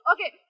Okay